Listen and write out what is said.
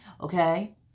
Okay